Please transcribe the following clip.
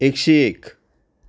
एकशे एक